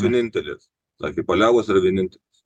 vienintelis sakė paliaubos yra vienintelės